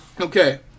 Okay